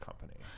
company